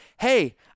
hey